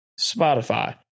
Spotify